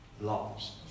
lost